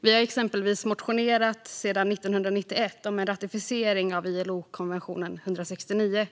Vi har exempelvis sedan 1991 motionerat om en ratificering av ILO-konventionen 169.